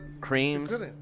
Creams